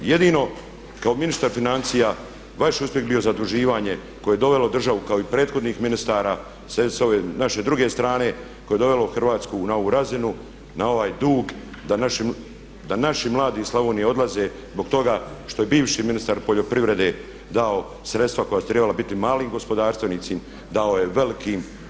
Jedino kao ministar financija vaš uspjeh bio zaduživanje koje je dovelo državu kao i prethodnih ministara sa ove naše druge strane, koje je dovelo Hrvatsku na ovu razinu, na ovaj dug, da naši mladi iz Slavonije odlaze zbog toga što je bivši ministar poljoprivrede dao sredstva koja su trebala biti mali gospodarstvenici dao je velikim.